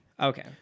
Okay